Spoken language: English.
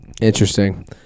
Interesting